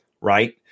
right